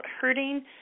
hurting